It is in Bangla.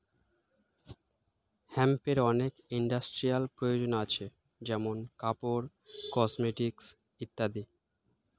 হেম্পের অনেক ইন্ডাস্ট্রিয়াল প্রয়োজন আছে যেমন কাপড়, কসমেটিকস ইত্যাদি